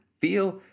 feel